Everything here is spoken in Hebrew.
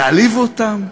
להעליב אותם?